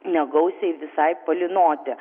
negausiai visai palynoti